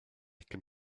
can